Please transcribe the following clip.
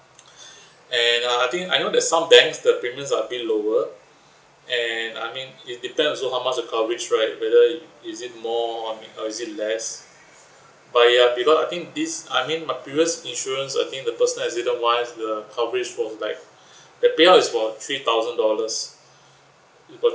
and uh I think I know that some bank the premium are a bit lower and I mean it depends also how much the coverage right whether is it more or uh is it less but ya because I think this I mean my previous insurance I think the personal accident wise the coverage was like the payout is for three thousand dollars